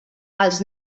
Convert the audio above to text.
els